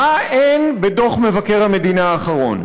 מה אין בדוח מבקר המדינה האחרון.